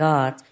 God